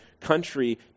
country